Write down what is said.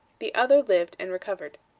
the other lived and recovered.